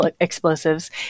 explosives